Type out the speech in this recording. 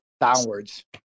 downwards